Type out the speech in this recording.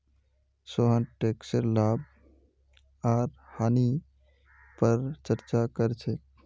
सोहन टैकसेर लाभ आर हानि पर चर्चा कर छेक